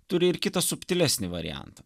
turi ir kitą subtilesnį variantą